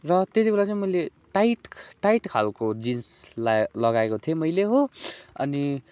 र त्यति बेला चाहिँ मैले टाइट टाइट खालको जिन्स लाए लगाएको थिएँ मैले हो अनि